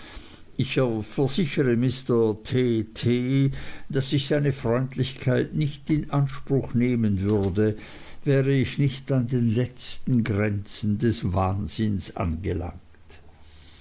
ich versichere mr t t daß ich seine freundlichkeit nicht in anspruch nehmen würde wäre ich nicht an den letzten grenzen des wahnsinns angelangt